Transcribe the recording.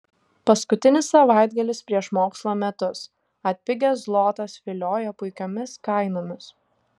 paskutinis savaitgalis prieš mokslo metus atpigęs zlotas vilioja puikiomis kainomis